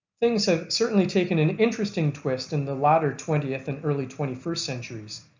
things have certainly taken an interesting twist in the latter twentieth and early twenty first centuries.